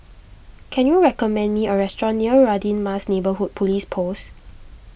can you recommend me a restaurant near Radin Mas Neighbourhood Police Post